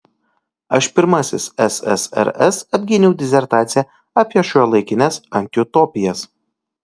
aš pirmasis ssrs apgyniau disertaciją apie šiuolaikines antiutopijas